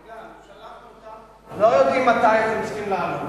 שלחנו אותה, לא יודעים מתי אתם צריכים לענות.